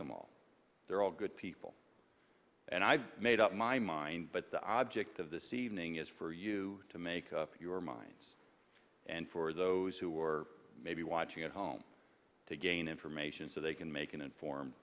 them all they're all good people and i've made up my mind but the object of this evening is for you to make up your minds and for those who are or may be watching at home to gain information so they can make an informed